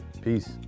Peace